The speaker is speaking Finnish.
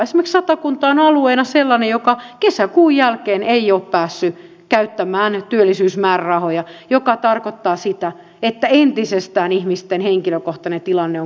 esimerkiksi satakunta on alueena sellainen joka kesäkuun jälkeen ei ole päässyt käyttämään työllisyysmäärärahoja mikä tarkoittaa sitä että entisestään ihmisten henkilökohtainen tilanne on kurjistunut